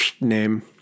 name